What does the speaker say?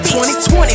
2020